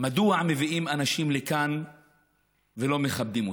מדוע מביאים אנשים לכאן ולא מכבדים אותם,